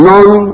None